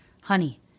Honey